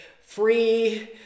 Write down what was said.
free